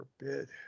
forbid